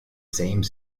same